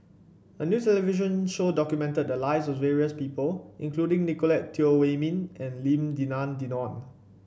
a new television show documented the lives of various people including Nicolette Teo Wei Min and Lim Denan Denon